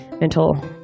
mental